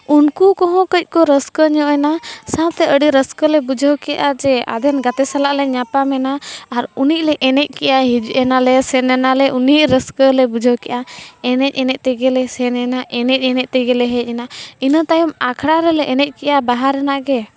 ᱩᱱᱠᱩ ᱠᱚᱦᱚᱸ ᱠᱟᱺᱪ ᱠᱚ ᱨᱟᱹᱥᱠᱟᱹ ᱧᱚᱜᱼᱮᱱᱟ ᱥᱟᱶᱛᱮ ᱟᱹᱰᱤ ᱨᱟᱹᱥᱠᱟᱹᱞᱮ ᱵᱩᱡᱷᱟᱹᱣ ᱠᱮᱜᱼᱟ ᱡᱮ ᱟᱫᱷᱮᱱ ᱜᱟᱛᱮ ᱥᱟᱞᱟᱜ ᱞᱮ ᱧᱟᱯᱟᱢᱮᱱᱟ ᱟᱨ ᱩᱱᱟᱹᱜ ᱞᱮ ᱮᱱᱮᱡᱽ ᱠᱮᱜᱼᱟ ᱦᱮᱡ ᱮᱱᱟᱞᱮ ᱥᱮᱱᱮᱱᱟᱞᱮ ᱩᱱᱤ ᱨᱟᱹᱥᱠᱟᱹ ᱞᱮ ᱵᱩᱡᱷᱟᱹᱣ ᱠᱮᱜᱼᱟ ᱮᱱᱮᱡᱽ ᱮᱱᱮᱡᱽ ᱛᱮᱜᱮᱞᱮ ᱥᱮᱱᱮᱱᱟ ᱮᱱᱮᱡᱽ ᱮᱱᱮᱡᱽ ᱛᱮᱜᱮ ᱞᱮ ᱦᱮᱡᱽ ᱮᱱᱟ ᱤᱱᱟᱹ ᱛᱟᱭᱚᱢ ᱟᱠᱷᱲᱟ ᱨᱮᱞᱮ ᱮᱱᱮᱡᱽ ᱠᱮᱜᱼᱟ ᱵᱟᱦᱟ ᱨᱮᱱᱟᱜ ᱜᱮ